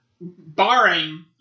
barring